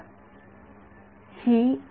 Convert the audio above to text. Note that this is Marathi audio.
विद्यार्थीः परमिटिव्हिटीअसे असते